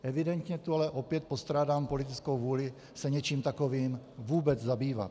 Evidentně tu ale opět postrádám politickou vůli se něčím takovým vůbec zabývat.